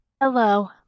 Hello